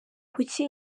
kuki